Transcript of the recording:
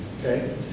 okay